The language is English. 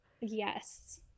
yes